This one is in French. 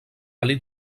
allait